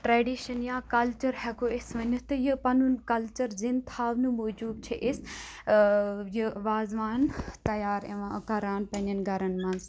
tradition یا culture ہیٚکو أسۍ ؤنِتھ تہٕ یہِ پَنُن کَلچَر زِندٕ تھاونہٕ موٗجُب چھِ أسۍ یہِ وازوان تَیار یِوان کَران پنٛنیٚن گَرَن منٛز